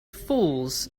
fools